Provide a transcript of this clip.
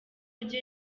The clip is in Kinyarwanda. rye